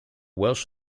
welsh